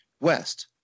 West